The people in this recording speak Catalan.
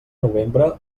novembre